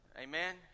Amen